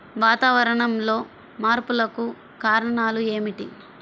వాతావరణంలో మార్పులకు కారణాలు ఏమిటి?